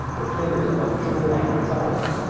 with fingers of unusual length and suppleness.